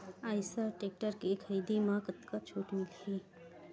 Eicher tractor के खरीदी म कतका छूट मिलही?